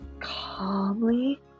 calmly